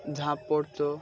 ঝঁআঁক পড়তো